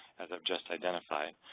as i've just identified.